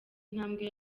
intambwe